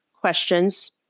questions